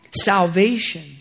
Salvation